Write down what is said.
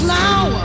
now